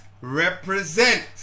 represent